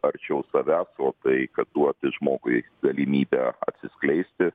arčiau savęs o tai kad duoti žmogui galimybę atsiskleisti